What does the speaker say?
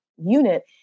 unit